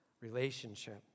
relationship